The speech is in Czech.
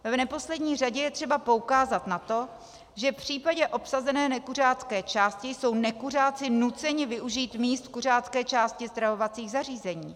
V neposlední řadě je třeba poukázat na to, že v případě obsazené nekuřácké části jsou nekuřáci nuceni využít míst v kuřácké části stravovacích zařízení.